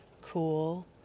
cool